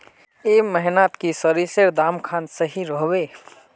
ए महीनात की सरिसर दाम खान सही रोहवे?